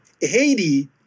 Haiti